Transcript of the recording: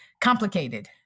complicated